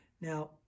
now